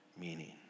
meaning